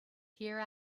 here